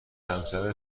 همسر